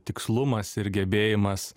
tikslumas ir gebėjimas